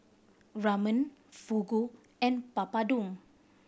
Ramen Fugu and Papadum